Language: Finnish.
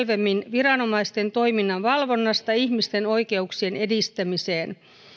viranomaisten toiminnan valvonnasta ihmisten oikeuksien edistämiseen